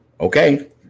okay